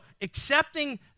accepting